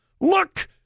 look